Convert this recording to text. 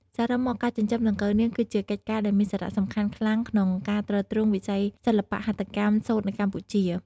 សរុបមក ការចិញ្ចឹមដង្កូវនាង គឺជាកិច្ចការដែលមានសារៈសំខាន់ខ្លាំងក្នុងការទ្រទ្រង់វិស័យសិល្បៈហត្ថកម្មសូត្រនៅកម្ពុជា។